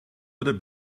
oder